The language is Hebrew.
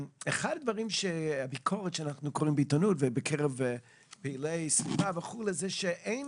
אחת הביקורות שאנחנו קוראים בעיתונות ובקרב פעילי סביבה זה שאין